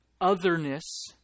otherness